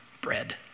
bread